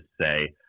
say